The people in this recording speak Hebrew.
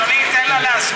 אדוני, אדוני, תן לה להסביר.